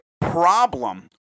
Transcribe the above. Problem